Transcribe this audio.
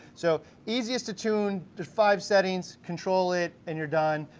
so easiest to tune, the five settings, control it and you're done.